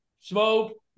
smoke